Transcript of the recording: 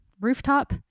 rooftop